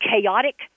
chaotic